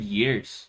years